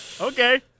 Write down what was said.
okay